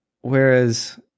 Whereas